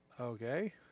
Okay